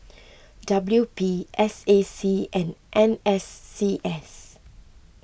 W P S A C and N S C S